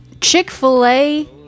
Chick-fil-A